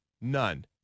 none